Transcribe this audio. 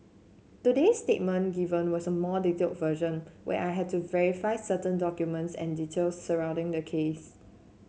today's statement given was a more detailed version where I had to verify certain documents and details surrounding the case